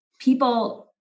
people